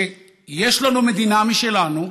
שיש לנו מדינה שלנו,